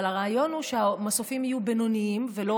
אבל הרעיון הוא שהמסופים יהיו בינוניים ולא